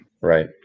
Right